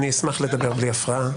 אני אשמח לדבר בלי הפרעה.